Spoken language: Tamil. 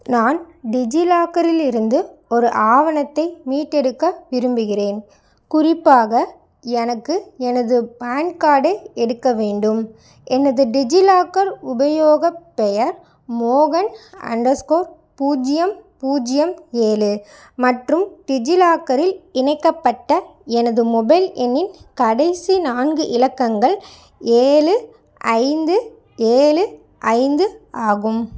நான் டிஜிலாக்கரில் இருந்து ஒரு ஆவணத்தை மீட்டெடுக்க விரும்புகிறேன் குறிப்பாக எனக்கு எனது பேன் கார்டை எடுக்க வேண்டும் எனது டிஜிலாக்கர் உபயோகப் பெயர் மோகன் அண்டர் ஸ்கோர் பூஜ்ஜியம் பூஜ்ஜியம் ஏழு மற்றும் டிஜிலாக்கரில் இணைக்கப்பட்ட எனது மொபைல் எண்ணின் கடைசி நான்கு இலக்கங்கள் ஏழு ஐந்து ஏழு ஐந்து ஆகும்